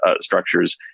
structures